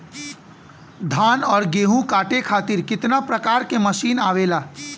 धान और गेहूँ कांटे खातीर कितना प्रकार के मशीन आवेला?